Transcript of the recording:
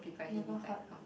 never heard